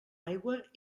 aigua